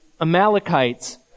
Amalekites